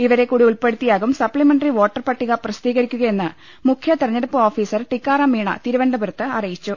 ഇവരെക്കൂട്ടി ഉൾപ്പെടുത്തി യാകും സപ്ലിമെന്ററി വോട്ടർപട്ടിക പ്രസിദ്ധീകരിക്കുക യെന്ന് മുഖ്യ തിരഞ്ഞെടുപ്പ് ഓഫീസർ ടിക്കാറാം മീണ തിരുവനന്തപുരത്ത് അറിയിച്ചു